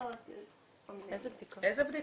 --- איזה בדיקות?